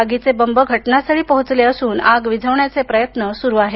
आगीचे बंब घटनास्थळी पोहोचले असून आग विझवण्याचे प्रयत्न सुरु आहेत